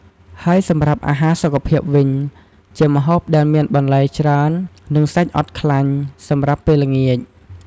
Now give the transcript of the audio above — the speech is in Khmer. ហើយសម្រាប់អាហារសុខភាពវិញ ជាម្ហូបដែលមានបន្លែច្រើន និងសាច់អត់ខ្លាញ់ សម្រាប់ពេលល្ងាច។